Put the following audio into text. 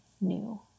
new